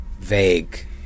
vague